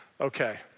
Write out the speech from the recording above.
okay